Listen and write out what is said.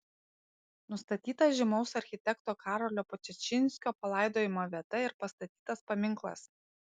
nustatyta žymaus architekto karolio podčašinskio palaidojimo vieta ir pastatytas paminklas